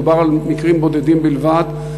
מדובר על מקרים בודדים בלבד,